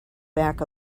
back